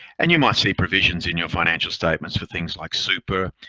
and you might see provisions in your financial statements for things like super,